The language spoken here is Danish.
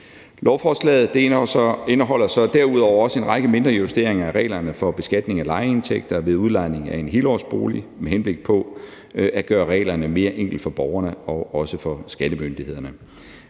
Lovforslaget indeholder så derudover også en række mindre justeringer af reglerne for beskatning af lejeindtægter ved udlejning af en helårsbolig med henblik på at gøre reglerne mere enkle for borgerne og også for skattemyndighederne.